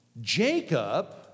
Jacob